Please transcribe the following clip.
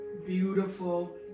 beautiful